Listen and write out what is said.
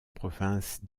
province